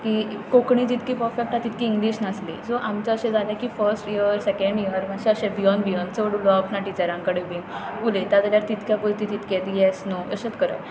आनी कोंकणी जितली परफेक्ट आसा तितली इंग्लीश नासली सो आमचें अशें जालें की फर्स्ट इयर सॅकण्ड इयर मात्शें अशें भिवून भिवून चड उलोवप ना टिचरां कडेन बी उलयतां जाल्यार तितक्या पुरतेंच तितकेंच म्हणल्यार यस नो तितकेंच करप